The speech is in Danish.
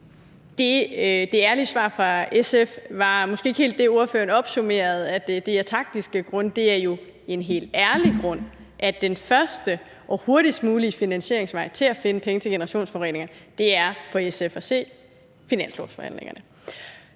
Det ærlige svar fra SF var måske ikke helt det, ordføreren opsummerede ved at sige, at det er af taktiske grunde – det er jo af en helt ærlig grund. Den første og hurtigste finansieringsvej til at finde penge til at oprense generationsforureningerne er for SF at se finanslovsforhandlingerne.